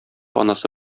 анасы